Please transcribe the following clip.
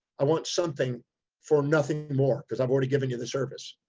i want something for nothing more. cause i've already given you the service.